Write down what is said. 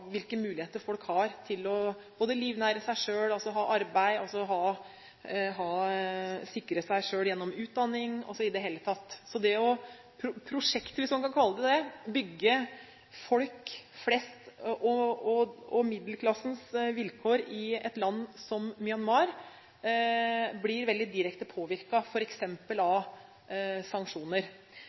hvilke muligheter folk har til både å livnære seg, sikre seg gjennom utdanning og ha arbeid. Så det prosjektet, hvis man kan kalle det det, å bygge vilkår for folk flest og middelklassen i et land som Myanmar, blir veldig direkte påvirket, f.eks. av sanksjoner.